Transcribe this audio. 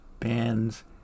bands